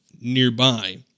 nearby